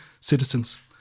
citizens